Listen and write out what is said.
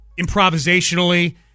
improvisationally